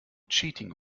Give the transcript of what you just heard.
cheating